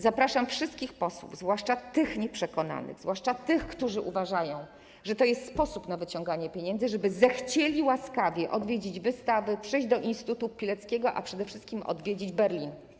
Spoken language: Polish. Zapraszam wszystkich posłów, zwłaszcza tych nieprzekonanych, zwłaszcza tych, którzy uważają, że to jest sposób na wyciąganie pieniędzy, żeby zechcieli łaskawie odwiedzić wystawy, przyjść do Instytutu Pileckiego, a przede wszystkim odwiedzić Berlin.